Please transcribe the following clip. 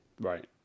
Right